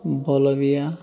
bolivia